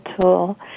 tool